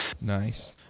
Nice